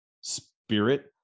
spirit